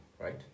right